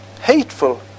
hateful